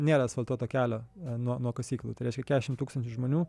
nėra asfaltuoto kelio nuo nuo kasyklų tai reiškia keturiasdešimt tūkstančių žmonių